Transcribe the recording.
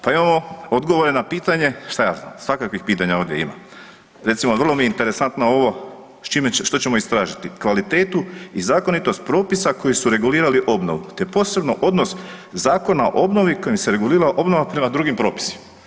Pa imamo odgovore na pitanje, šta ja znam svakakvih pitanja ovdje ima, recimo vrlo mi je interesantno što ćemo istražiti, kvalitetu i zakonitost propisa koji su regulirali obnovu te posebno odnos Zakona o obnovi kojim se regulira obnova prema drugim propisima.